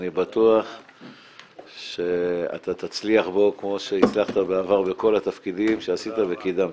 אני בטוח שאתה תצליח בו כמו שהצלחת בעבר בכל התפקידים שעשית וקידמת.